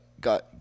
got